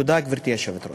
תודה, גברתי היושבת-ראש.